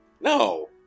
No